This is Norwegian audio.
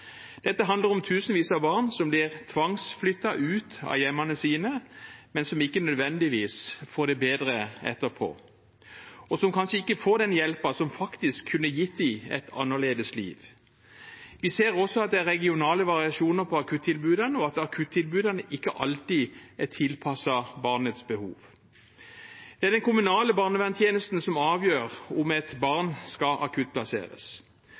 Dette handler om tusenvis av barn som blir tvangsflyttet ut av hjemmene sine, men som ikke nødvendigvis får det bedre etterpå, og som kanskje ikke får den hjelpen som faktisk kunne gitt dem et annerledes liv. Vi ser også at det er regionale variasjoner i akuttilbudene, og at akuttilbudene ikke alltid er tilpasset barnets behov. Det er den kommunale barnevernstjenesten som avgjør om et barn skal akuttplasseres,